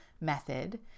method